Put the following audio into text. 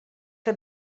que